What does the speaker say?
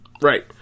Right